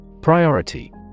Priority